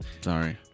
Sorry